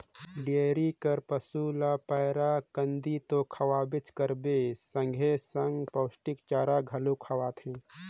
dairy कर पसू ल पैरा, कांदी तो खवाबे करबे साथे साथ पोस्टिक चारा घलो खवाथे